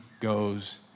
goes